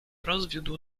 rozwiódł